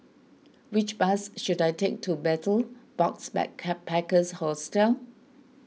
which bus should I take to Betel Box Backpackers Hostel